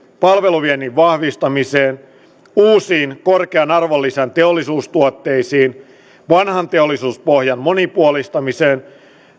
palveluviennin vahvistamiseen uusiin korkean arvonlisän teollisuustuotteisiin vanhan teollisuuspohjan monipuolistamiseen